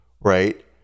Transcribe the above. right